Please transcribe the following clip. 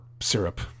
syrup